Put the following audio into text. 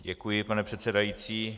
Děkuji, pane předsedající.